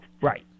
Right